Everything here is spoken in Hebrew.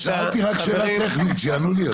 אבל שאלתי רק שאלה טכנית, שיענו לי על זה.